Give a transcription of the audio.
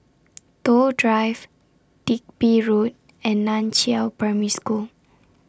Toh Drive Digby Road and NAN Chiau Primary School